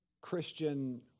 Christian